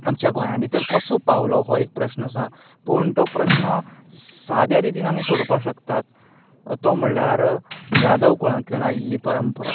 आमच्या गोंया भितर कसो पावलो हो एक प्रश्न आसा पूण तो प्रश्न सादे रितीन आमी सोडोवपा शकतात तो म्हणल्यार यादव कुळांतल्यान आयिल्ली परंपरा